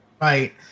Right